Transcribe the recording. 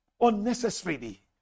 unnecessarily